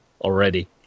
already